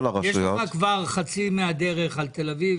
הרשויות --- יש לך כבר את חצי מהדרך על תל אביב,